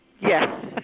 Yes